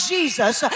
Jesus